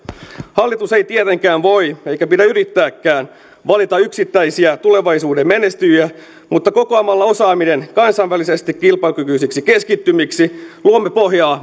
hallitus ei tietenkään voi eikä pidä yrittääkään valita yksittäisiä tulevaisuuden menestyjiä mutta kokoamalla osaaminen kansainvälisesti kilpailukykyisiksi keskittymiksi luomme pohjaa